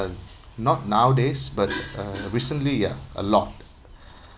not nowadays but uh recently ya a lot